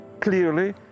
clearly